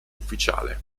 ufficiale